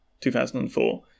2004